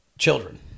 children